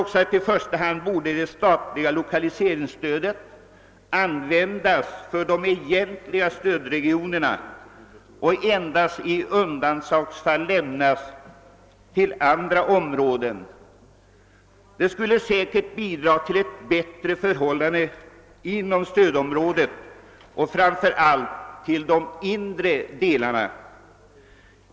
I första hand borde det statliga lokaliseringsstödet användas för de egentliga stödregionerna och endast i undantagsfall lämnas till andra områden. Det skulle säkert bidra till bättre förhållanden inom stödområdet, framför allt i de inre delarna.